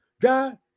God